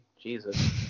Jesus